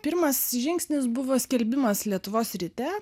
pirmas žingsnis buvo skelbimas lietuvos ryte